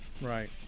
Right